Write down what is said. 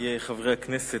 חברי חברי הכנסת,